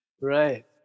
right